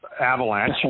Avalanche